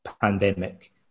pandemic